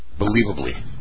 believably